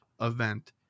event